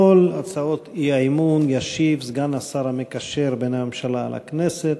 על כל הצעות האי-אמון ישיב סגן השר המקשר בין הממשלה לכנסת,